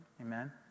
amen